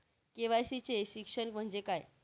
KYC चे शिक्षण म्हणजे काय?